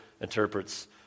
interprets